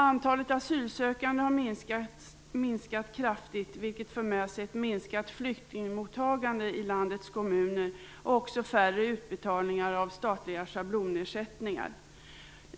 Antalet asylsökande har minskat kraftigt vilket för med sig ett minskat flyktingmottagande i landets kommuner och färre utbetalningar av statliga schablonersättningar.